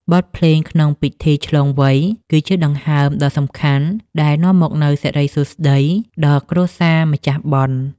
បទភ្លេងក្នុងពិធីឆ្លងវ័យ គឺជាដង្ហើមដ៏សំខាន់ដែលនាំមកនូវសិរីសួស្ដីដល់គ្រួសារម្ចាស់បុណ្យ។